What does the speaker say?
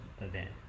event